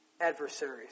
adversaries